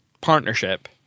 partnership